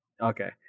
Okay